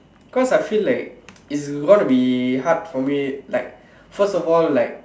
because I feel like if it's gonna be hard for me like first of all like